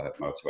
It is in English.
motorway